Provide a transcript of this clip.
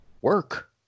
work